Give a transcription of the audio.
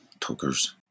tokers